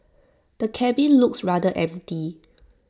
the cabin looks rather empty